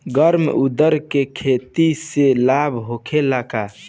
गर्मा उरद के खेती से लाभ होखे ला?